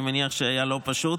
אני מניח שהיה לא פשוט.